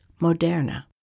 Moderna